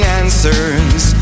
answers